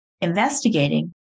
Investigating